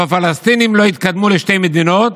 הפלסטינים לא יתקדמו לשתי מדינות,